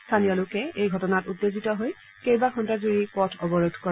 স্থানীয় লোকে এই ঘটনাত উত্তেজিত হৈ কেবাঘণ্টাজুৰি পথ অৱৰোধ কৰে